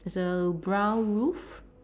there's a brown roof